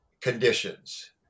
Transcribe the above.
Conditions